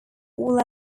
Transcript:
all